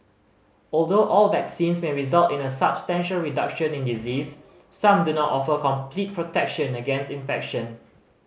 although all vaccines may result in a substantial reduction in disease some do not offer complete protection against infection